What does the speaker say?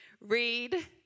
Read